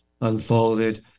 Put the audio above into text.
unfolded